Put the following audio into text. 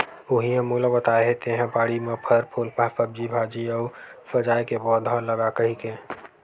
उहीं ह मोला बताय हे तेंहा बाड़ी म फर, फूल, सब्जी भाजी अउ सजाय के पउधा लगा कहिके